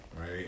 Right